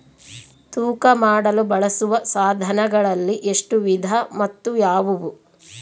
ತೂಕ ಮಾಡಲು ಬಳಸುವ ಸಾಧನಗಳಲ್ಲಿ ಎಷ್ಟು ವಿಧ ಮತ್ತು ಯಾವುವು?